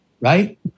right